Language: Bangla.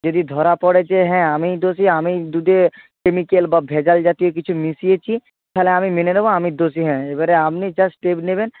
যদি ধরা পড়ে যে হ্যাঁ আমিই দোষী আমিই দুধে কেমিক্যাল বা ভেজাল জাতীয় কিছু মিশিয়েছি তাহলে আমি মেনে নেব আমি দোষী হ্যাঁ এবারে আপনি যা স্টেপ নেবেন